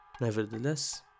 nevertheless